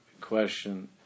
question